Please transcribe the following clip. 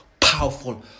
powerful